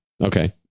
Okay